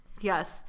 Yes